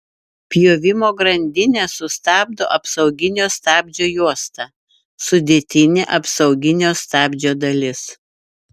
pjovimo grandinę sustabdo apsauginio stabdžio juosta sudėtinė apsauginio stabdžio dalis